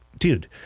Dude